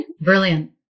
Brilliant